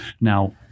Now